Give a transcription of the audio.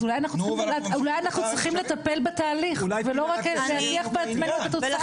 אז אולי אנחנו צריכים לטפל בתהליך ולא רק להטיח בעצמינו את התוצאה.